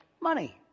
Money